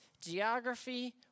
geography